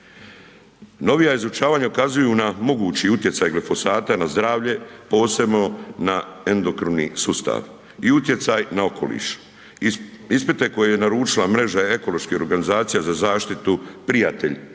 Novija izučavanja kazuju na mogući utjecaj glifosata na zdravlje, posebno na endokrvni sustav i utjecaj na okoliš. Ispite koje je naručila mreža ekoloških organizacija za zaštitu, Prijatelj